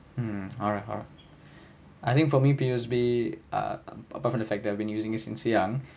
mm alright alright I think for me P_O_S_B err apart from the fact that we using it since young